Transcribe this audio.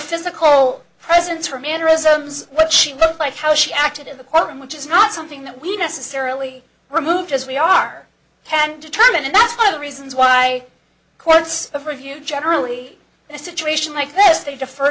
physical presence her mannerisms what she looked like how she acted in the courtroom which is not something that we necessarily removed as we are can't determine and that's one of the reasons why courts of review generally in a situation like this they defer